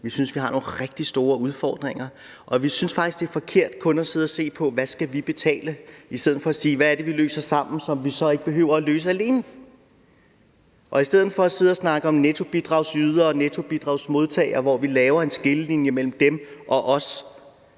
Vi synes, vi har nogle rigtig store udfordringer; vi synes faktisk, at det er forkert kun at sidde at se på, hvad vi skal betale, i stedet for at sige: Hvad er det, vi løser sammen, som vi så ikke behøver at løse alene? I stedet for at sidde og snakke om nettobidragsydere og nettobidragsmodtagere, hvor vi laver en skillelinje mellem dem og os,